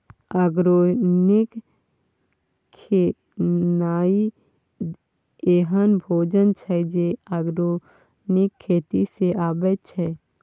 organic खेनाइ एहन भोजन छै जे आर्गेनिक खेती सँ अबै छै